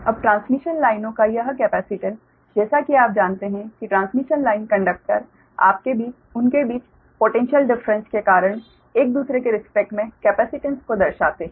अतः ट्रांसमिशन लाइनों का यह केपेसिटेन्स जैसा कि आप जानते हैं कि ट्रांसमिशन लाइन कंडक्टर उनके बीच पोटैन्श्यल डिफ़्रेंस के कारण एक दूसरे के रिस्पेक्ट में केपेसिटेन्स दर्शाते हैं